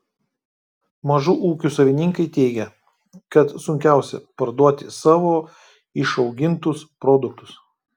mažų ūkių savininkai teigia kad sunkiausia parduoti savo išaugintus produktus